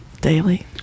daily